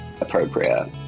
appropriate